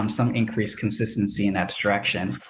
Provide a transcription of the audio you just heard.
um some increase, consistency and abstraction,